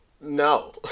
no